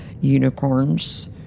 Unicorns